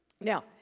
Now